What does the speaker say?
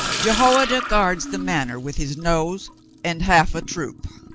jehoi ada guards the manor with his nose and half a troop.